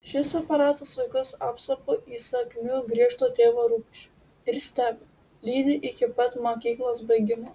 šis aparatas vaikus apsupa įsakmiu griežto tėvo rūpesčiu ir stebi lydi iki pat mokyklos baigimo